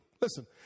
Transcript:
Listen